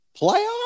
Playoffs